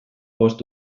bost